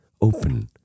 open